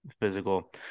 physical